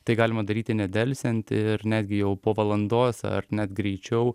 tai galima daryti nedelsiant ir netgi jau po valandos ar net greičiau